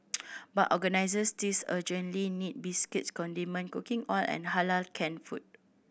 but organisers still urgently need biscuits condiment cooking oil and Halal canned food